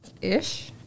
Ish